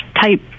type